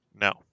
No